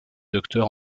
docteur